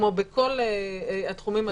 כמו בכל התחומים,